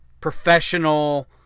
professional